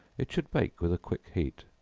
it should bake with a quick heat.